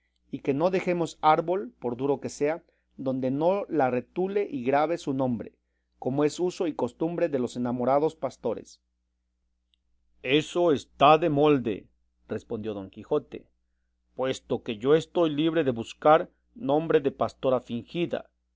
y que no dejemos árbol por duro que sea donde no la retule y grabe su nombre como es uso y costumbre de los enamorados pastores eso está de molde respondió don quijote puesto que yo estoy libre de buscar nombre de pastora fingida